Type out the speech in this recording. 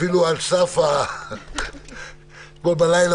אפילו על סף --- אתמול בלילה